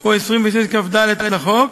או 26כד לחוק,